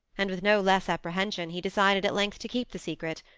and with no less apprehension he decided at length to keep the secret,